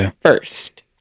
first